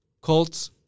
Colts